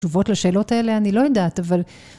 תשובות לשאלות האלה אני לא יודעת, אבל